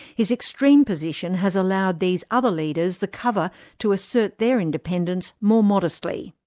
his extreme position has allowed these other leaders the cover to assert their independence more modestly.